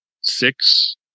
Six